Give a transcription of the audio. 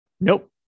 Nope